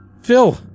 Phil